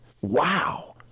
Wow